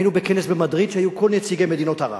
היינו בכנס במדריד, והיו כל נציגי מדינות ערב.